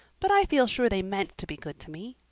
but i feel sure they meant to be good to me.